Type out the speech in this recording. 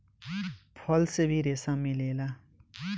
फल से भी रेसा मिलेला